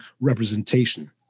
representation